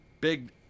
big